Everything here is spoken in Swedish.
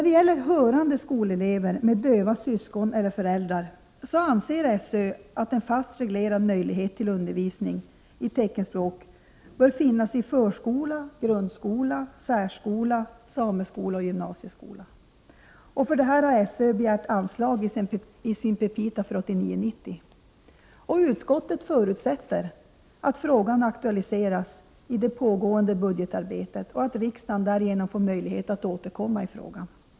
Beträffande hörande skolelever med döva syskon eller föräldrar anser SÖ att en fast, reglerad möjlighet till undervisning i teckenspråk bör finnas i förskola, grundskola, särskola, sameskola och gymnasieskola. För detta har SÖ begärt anslag i sin petita för 1989/90. Utskottet förutsätter att frågan aktualiseras i det pågående budgetarbetet och att riksdagen därigenom får möjlighet att återkomma i frågan.